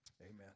amen